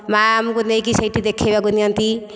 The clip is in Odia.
ମା ଆମକୁ ନେଇକି ସେହିଠି ଦେଖାଇବାକୁ ନିଅନ୍ତି